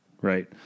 right